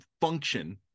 function